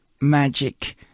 magic